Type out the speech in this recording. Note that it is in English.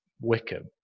Wickham